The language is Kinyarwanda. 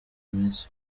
minsi